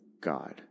God